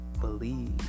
believe